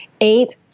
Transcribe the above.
eight